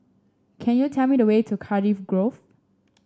can you tell me the way to Cardiff Grove